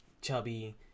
Chubby